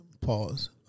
Pause